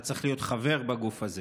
אתה צריך להיות חבר בגוף הזה